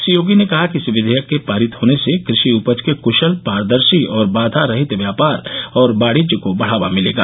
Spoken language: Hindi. श्री योगी ने कहा कि इस विवेयक के पारित होने से कृषि उपज के कुशल पारदर्शी और बाधारहित व्यापार और वाणिज्य को बढ़ावा मिलेगा